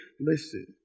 Listen